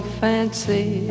fancy